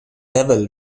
level